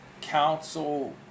council